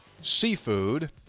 seafood